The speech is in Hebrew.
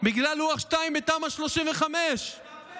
בגלל לוח 2 בתמ"א 35. טפל בזה.